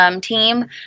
team